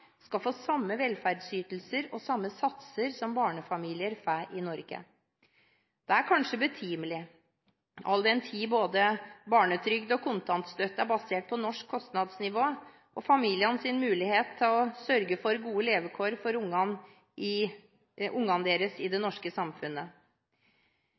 skal få samme velferdsytelser og samme satser som barnefamilier får i Norge. Det er kanskje betimelig, all den tid både barnetrygd og kontantstøtte er basert på norsk kostnadsnivå og familienes mulighet til å sørge for gode levekår for ungene deres i det norske samfunnet. Forslagsstillerne viser til at i